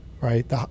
right